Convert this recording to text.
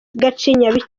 gacinya